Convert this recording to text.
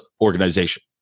organization